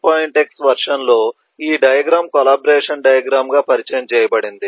x వెర్షన్లో ఈ diagram collaboration diagram గా పరిచయం చేయబడింది